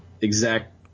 exact